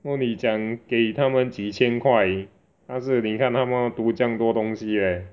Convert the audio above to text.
然后你讲给他们几千块但是你看他们读这样多东西 eh